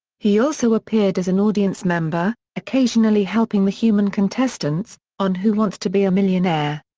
he also appeared as an audience member, occasionally helping the human contestants, on who wants to be a millionaire.